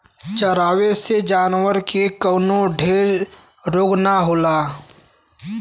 चरावे से जानवर के कवनो ढेर रोग ना होला